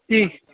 جی